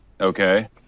Okay